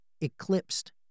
eclipsed